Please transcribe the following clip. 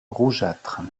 rougeâtre